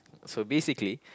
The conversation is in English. so basically